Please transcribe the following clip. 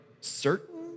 certain